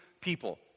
people